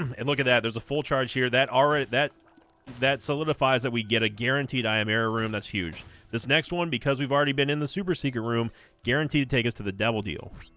um and look at that there's a full charge here that all right that that solidifies that we get a guaranteed ayamaro room that's huge this next one because we've already been in the super secret room guaranteed to take us to the devil deal